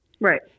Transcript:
Right